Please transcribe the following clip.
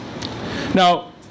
Now